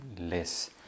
less